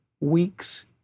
weeks